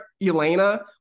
Elena